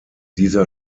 dieser